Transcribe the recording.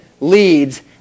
leads